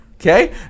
Okay